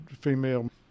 female